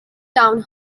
town